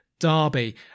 Derby